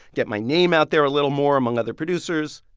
get my name out there a little more among other producers.